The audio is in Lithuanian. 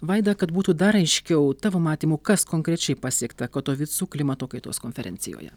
vaida kad būtų dar aiškiau tavo matymu kas konkrečiai pasiekta katovicų klimato kaitos konferencijoje